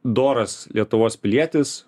doras lietuvos pilietis